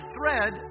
thread